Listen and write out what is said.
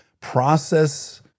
process